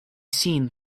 seen